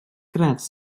gradd